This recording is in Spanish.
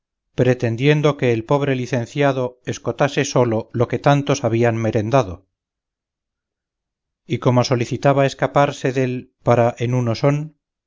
pretendiendo que el pobre licenciado escotase solo lo que tantos habían merendado y como solicitaba escaparse del para en uno son